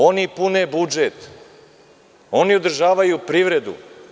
Oni pune budžet, oni održavaju privredu.